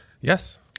Yes